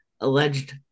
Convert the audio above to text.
alleged